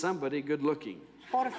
somebody good looking for